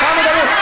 מה אתה עושה?